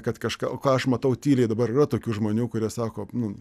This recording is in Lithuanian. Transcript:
kad kažką o ką aš matau tyliai dabar yra tokių žmonių kurie sako nu